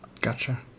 gotcha